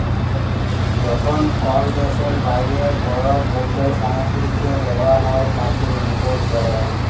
যখন কল দ্যাশের বাইরে কল পল্য সামগ্রীকে লেওয়া হ্যয় তাকে ইম্পোর্ট ব্যলে